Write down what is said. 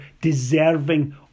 deserving